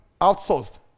outsourced